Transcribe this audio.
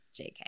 JK